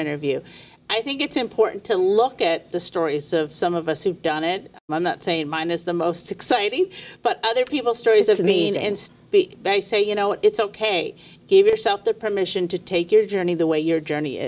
interview i think it's important to look at the stories of some of us who've done it that say mine is the most exciting but other people's stories are mean and be they say you know it's ok give yourself the permission to take your journey the way your journey